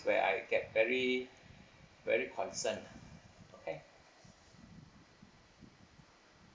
where I get very very concern ah okay